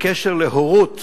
בקשר להורות.